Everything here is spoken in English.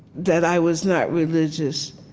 that i was not religious,